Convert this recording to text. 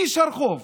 איש הרחוב,